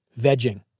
vegging